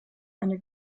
eine